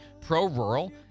pro-rural